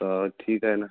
तर ठीक आहे ना